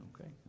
Okay